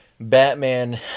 Batman